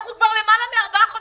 אנחנו כבר אחרי ארבעה חודשים,